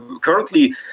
currently